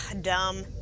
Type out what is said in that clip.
Dumb